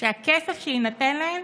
שהכסף שיינתן להן